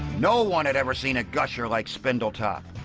no-one had ever seen a gusher like spindletop.